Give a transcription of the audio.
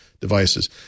devices